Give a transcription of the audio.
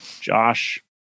Josh